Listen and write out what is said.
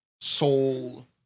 soul